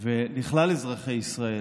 ולכלל אזרחי ישראל.